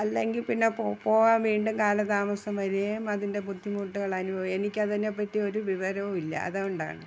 അല്ലെങ്കില് പിന്നെ പോവാൻ വീണ്ടും കാലതാമസം വരികയും അതിൻ്റെ ബുദ്ധിമുട്ടുകളനുഭവി എനിക്കതിനെപ്പറ്റി ഒരു വിവരവും ഇല്ല അതുകൊണ്ടാണ്